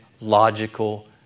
logical